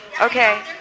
Okay